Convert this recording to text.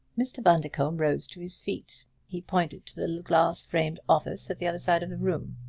mr. bundercombe rose to his feet. he pointed to the little glass-framed office at the other side of the room.